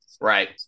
Right